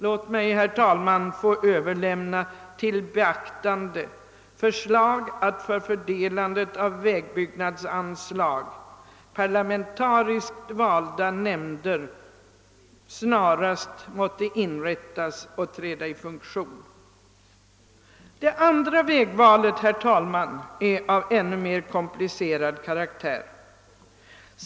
Låt mig, herr talman, få överlämna till beaktande ett förslag att för fördelandet av vägbyggnadsanslag parlamentariskt valda nämnder snarast måtte inrättas och träda i funktion. Det andra vägvalet, herr talman, är av ännu mer komplicerad karaktär.